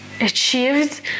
achieved